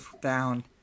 down